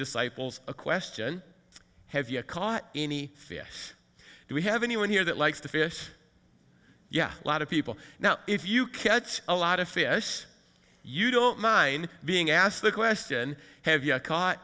disciples a question have you caught any fish do we have anyone here that likes to fish yeah a lot of people now if you catch a lot of fish you don't mind being asked the question have you caught